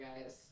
guys